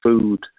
food